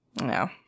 no